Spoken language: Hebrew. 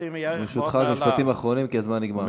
ברשותך, משפטים אחרונים, כי הזמן נגמר.